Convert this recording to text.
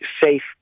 safe